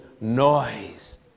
noise